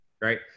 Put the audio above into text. right